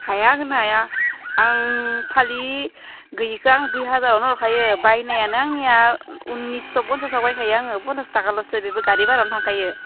हाया होनो हाया आं फालि गैयैखो आं दुइ हाजारावनो हरखायो बायनायानो आंनिया उननिसस फनसासाव बायखायो आङो फनसास थाखाल'सो बेबो गारि भारायावनो थांखायो